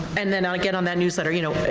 and then i get on that newsletter, you know,